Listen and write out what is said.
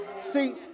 see